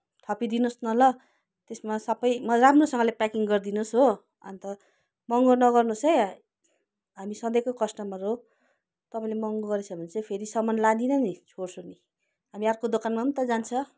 थपिदिनुहोस् न ल त्यसमा सबै राम्रोसँगले प्याकिङ गरिदिनुहोस् हो अन्त महँगो नगर्नुहोस् है हामी सधैँको कस्टमर हो तपाईँले महँगो गरेछ भने चाहिँ फेरि सामान लादिनँ नि छोड्छु नि हामी अर्को दोकानमा पनि त जान्छ